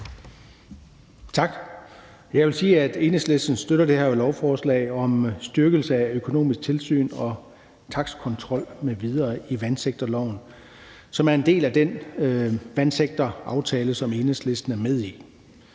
Tak. Jeg vil sige, at Enhedslisten støtter det her lovforslag om styrkelse af økonomisk tilsyn og takstkontrol m.v. i vandsektorloven, som er en del af den vandsektoraftale, som Enhedslisten er med i.